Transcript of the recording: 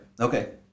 Okay